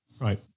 Right